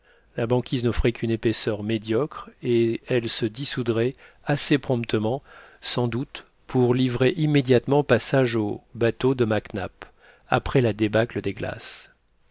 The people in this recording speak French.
la banquise n'offrait qu'une épaisseur médiocre et elle se dissoudrait assez promptement sans doute pour livrer immédiatement passage au bateau de mac nap après la débâcle des glaces